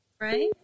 Right